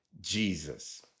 Jesus